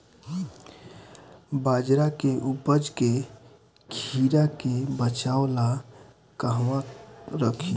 बाजरा के उपज के कीड़ा से बचाव ला कहवा रखीं?